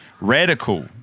radical